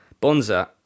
Bonza